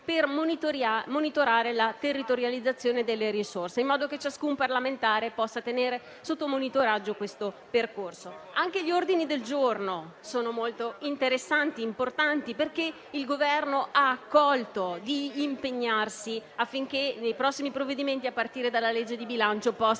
per monitorare la territorializzazione delle risorse, in modo che ciascun parlamentare possa tenere sotto monitoraggio questo percorso. Anche gli ordini del giorno presentati sono molto interessanti e importanti, perché il Governo ha accettato di impegnarsi affinché nei prossimi provvedimenti, a partire dalla legge di bilancio, possano